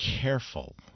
careful